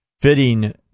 fitting